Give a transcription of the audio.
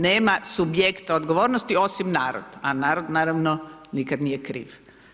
Nema subjekta odgovornosti osim narod a narod naravno nikada nije kriv.